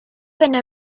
venne